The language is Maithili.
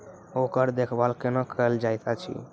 ओकर देखभाल कुना केल जायत अछि?